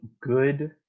Good